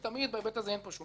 בהיבט הזה אין פה שום חריגה.